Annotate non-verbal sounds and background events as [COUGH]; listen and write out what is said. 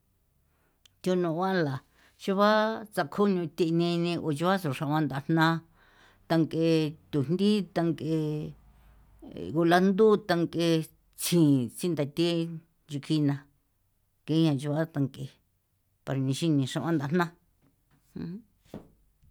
Thunua la chuba tsakju nuthi neni u chua xra xroa ndajna thank'e thujndi thank'e gulandu tank'e tsji tsindathe chekjina kian ncho a tank'e para nixi nixoan ndajna. [NOISE]